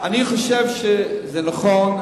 אני חושב שזה נכון.